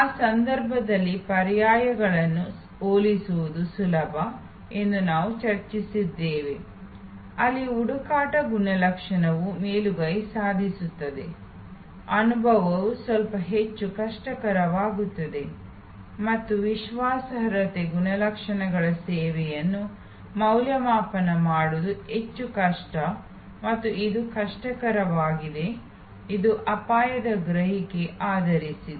ಆ ಸಂದರ್ಭಗಳಲ್ಲಿ ಪರ್ಯಾಯಗಳನ್ನು ಹೋಲಿಸುವುದು ಸುಲಭ ಎಂದು ನಾವು ಚರ್ಚಿಸಿದ್ದೇವೆ ಅಲ್ಲಿ ಹುಡುಕಾಟ ಗುಣಲಕ್ಷಣವು ಮೇಲುಗೈ ಸಾಧಿಸುತ್ತದೆ ಅನುಭವವು ಸ್ವಲ್ಪ ಹೆಚ್ಚು ಕಷ್ಟಕರವಾಗಿರುತ್ತದೆ ಮತ್ತು ವಿಶ್ವಾಸಾರ್ಹತೆ ಗುಣಲಕ್ಷಣಗಳ ಸೇವೆಗಳನ್ನು ಮೌಲ್ಯಮಾಪನ ಮಾಡುವುದು ಹೆಚ್ಚು ಕಷ್ಟ ಮತ್ತು ಇದು ಕಷ್ಟಕರವಾಗಿದೆ ಇದು ಅಪಾಯದ ಗ್ರಹಿಕೆ ಆದರಿಸಿದೆ